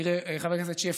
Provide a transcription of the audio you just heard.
תראה, חבר הכנסת שפע,